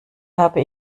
habe